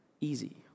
easy